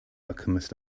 alchemist